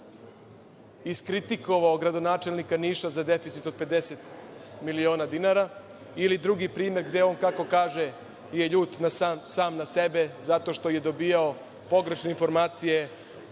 iskritikovao gradonačelnika Niša za deficit od 50 miliona ili drugih primer, gde on, kako kaže, je ljut sam na sebe zato što je dobijao pogrešne informacije